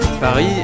Paris